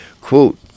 Quote